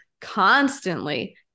constantly